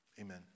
Amen